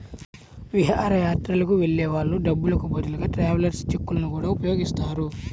విహారయాత్రలకు వెళ్ళే వాళ్ళు డబ్బులకు బదులుగా ట్రావెలర్స్ చెక్కులను గూడా ఉపయోగిస్తారు